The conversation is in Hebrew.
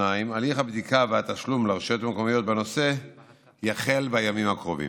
2. הליך הבדיקה והתשלום לרשויות המקומיות בנושא יחל בימים הקרובים.